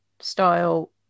style